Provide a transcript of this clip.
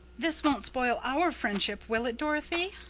this won't spoil our friendship, will it, dorothy?